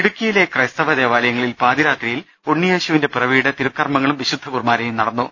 ഇടുക്കിയിലെ ക്രൈസ്തവദൈവാലയങ്ങളിൽ പാതിരാത്രിയിൽ ഉണ്ണിയേശുവിന്റെ പിറവിയുടെ തിരുക്കർമ്മങ്ങളും വിശുദ്ധ കുർബാനയും നടന്നു